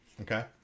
Okay